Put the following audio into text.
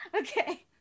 okay